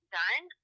done